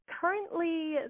Currently